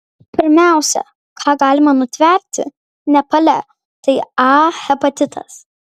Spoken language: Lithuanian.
pirmiausia ką galima nutverti nepale tai a hepatitas